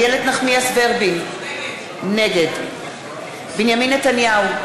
איילת נחמיאס ורבין, נגד בנימין נתניהו,